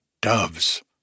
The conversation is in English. doves